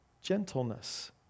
gentleness